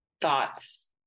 thoughts